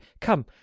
come